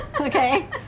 okay